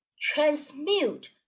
transmute